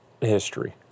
history